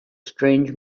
strange